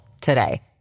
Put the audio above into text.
today